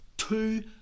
Two